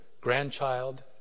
grandchild